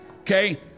Okay